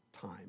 time